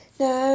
no